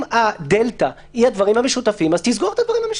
אם הדלתא היא הדברים המשותפים תסגור אותם.